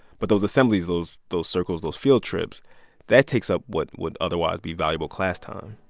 but those assemblies, those those circles, those field trips that takes up what would otherwise be valuable class time.